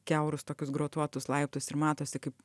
kiaurus tokius grotuotus laiptus ir matosi kaip